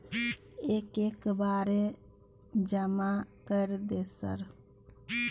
एक एक के बारे जमा कर दे सर?